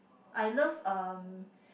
I love um